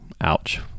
Ouch